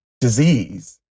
disease